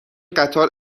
قطار